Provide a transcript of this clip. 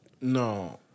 No